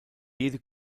jede